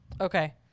Okay